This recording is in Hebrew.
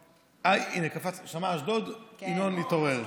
הינה, שמע אשדוד, ינון מתעורר.